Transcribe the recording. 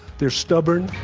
they're stubborn,